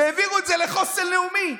והעבירו את זה לחוסן לאומי.